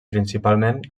principalment